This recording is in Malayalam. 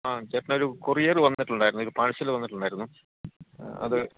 ആ ചേട്ടനൊരു കൊറിയര് വന്നിട്ടുണ്ടായിരുന്നു ഒരു പാഴ്സല് വന്നിട്ടുണ്ടായിരുന്നു അത്